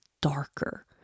darker